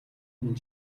минь